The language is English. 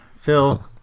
Phil